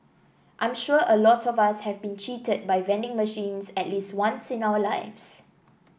I'm sure a lot of us have been cheated by vending machines at least once in our lives